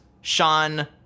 sean